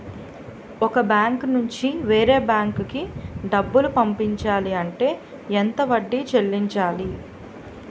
ఒక బ్యాంక్ నుంచి వేరే బ్యాంక్ కి డబ్బులు పంపించాలి అంటే ఎంత వడ్డీ చెల్లించాలి?